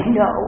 no